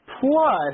Plus